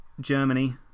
Germany